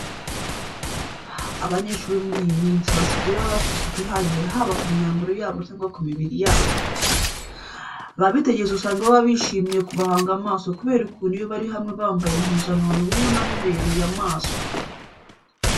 Abanyeshuri bo muri iyi minsi basigaye baba bafite isuku ihagije haba ku myambaro yabo cyangwa ku mibiri yabo. Ababitegereza usanga baba bishimiye kubahanga amaso kubera ukuntu iyo bari hamwe bambaye impuzankano uba ubona bibereye amaso.